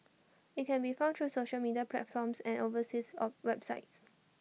IT can be found through social media platforms and overseas websites